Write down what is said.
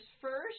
first